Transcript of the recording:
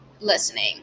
listening